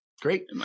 Great